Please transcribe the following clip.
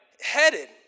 headed